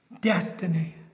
destiny